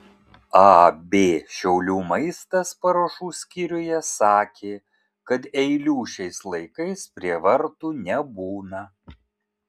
ab šiaulių maistas paruošų skyriuje sakė kad eilių šiais laikais prie vartų nebūna